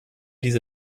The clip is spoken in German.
diese